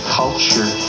culture